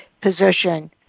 position